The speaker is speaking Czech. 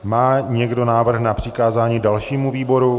Má někdo návrh na přikázání dalšímu výboru?